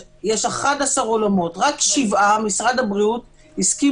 יש 11 אולמות רק שבעה משרד הבריאות הסכים